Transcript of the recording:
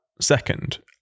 second